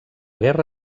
guerra